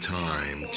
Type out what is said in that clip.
time